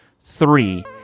three